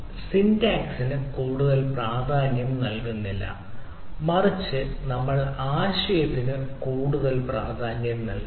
syntax നമ്മൾ കൂടുതൽ പ്രാധാന്യം നൽകുന്നില്ല മറിച്ച് നമ്മൾ ആശയത്തിന് കൂടുതൽ പ്രാധാന്യം നൽകുന്നു